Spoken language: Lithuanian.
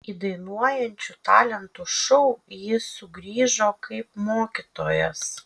į dainuojančių talentų šou jis sugrįžo kaip mokytojas